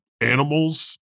animals